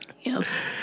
yes